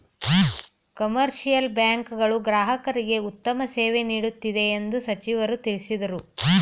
commercial bank ಗಳು ಗ್ರಾಹಕರಿಗೆ ಉತ್ತಮ ಸೇವೆ ನೀಡುತ್ತಿವೆ ಎಂದು ಸಚಿವರು ತಿಳಿಸಿದರು